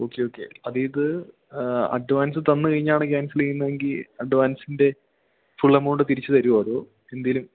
okay okay അത് ഇത് advance തന്ന് കഴിഞ്ഞാണ് ക്യാൻസൽ ചെയ്യുന്നതെങ്കിൽ അഡ്വാൻസിൻ്റെ ഫുൾ എമൌണ്ട് തിരിച്ചു തരുമോ അതോ എന്തേലും